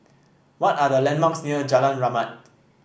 what are the landmarks near Jalan Rahmat